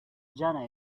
jana